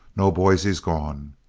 no, boys, he's gone.